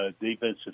defensive